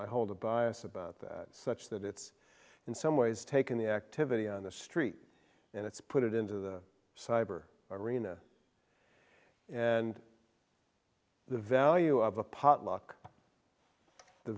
i hold a bias about that such that it's in some ways taken the activity on the street and it's put it into the cyber arena and the value of a potluck the